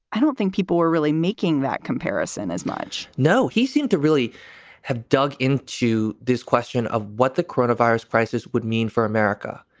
i don't think people were really making that comparison as much no, he seemed to really have dug in to this question of what the corona virus crisis would mean for america.